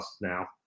now